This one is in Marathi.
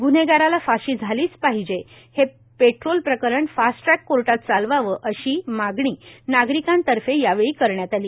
ग्न्हेगाराला फाशी झालीच पाहिजे हे पेट्रोल प्रकरण फास्ट ट्रॅक कोर्टात चालवावे अशी मागणी नागरिकांतर्फे यावेळी करण्यात आली